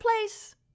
place